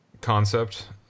concept